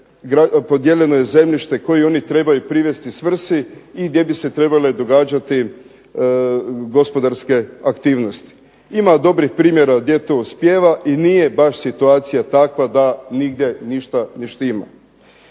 podijeljeno je zemljište koje oni trebaju privesti svrsi i gdje bi se trebale događati gospodarske aktivnosti. Ima dobrih primjera gdje to uspijeva i nije baš situacija takva da nigdje ništa ne štima.